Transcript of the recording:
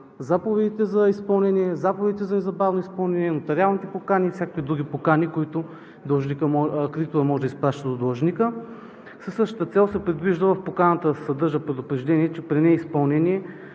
заповедите за изпълнение, заповедите за незабавно изпълнение, нотариалните покани и всякакви други покани, които кредиторът може да изпраща до длъжника. Със същата цел се предвижда в поканата да се съдържа предупреждение, че при неизпълнение